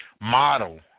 model